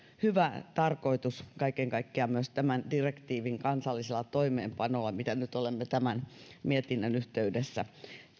hyvä tarkoitus kaiken kaikkiaan myös tämän direktiivin kansallisella toimeenpanolla mitä nyt olemme tämän mietinnön yhteydessä